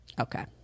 Okay